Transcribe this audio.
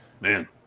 man